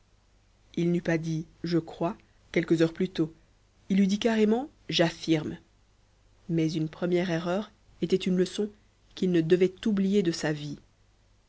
il n'eût pas dit je crois quelques heures plus tôt il eût dit carrément j'affirme mais une première erreur était une leçon qu'il ne devait oublier de sa vie